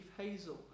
Hazel